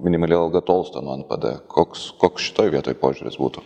minimali alga tolsta nuo npd koks koks šitoj vietoj požiūris būtų